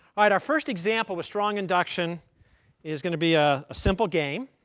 right. our first example of a strong induction is going to be ah a simple game.